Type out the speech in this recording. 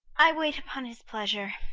i wait upon his pleasure.